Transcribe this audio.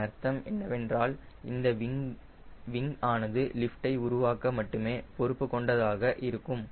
இதன் அர்த்தம் என்னவென்றால் இந்த விங் ஆனது லிஃப்டை உருவாக்க மட்டுமே பொறுப்பு கொண்டதாக இருக்கும்